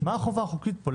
מה החובה החוקית פה?